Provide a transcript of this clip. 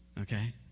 Okay